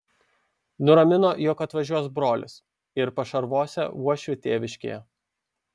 nuramino jog atvažiuos brolis ir pašarvosią uošvį tėviškėje